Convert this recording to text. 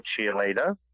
cheerleader